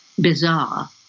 bizarre